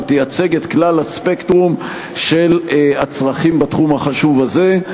שתייצג את כלל הספקטרום של הצרכים בתחום החשוב הזה.